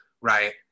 right